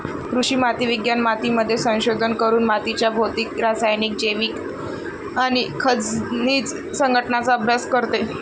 कृषी माती विज्ञान मातीमध्ये संशोधन करून मातीच्या भौतिक, रासायनिक, जैविक आणि खनिज संघटनाचा अभ्यास करते